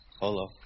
Hello